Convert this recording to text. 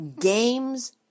games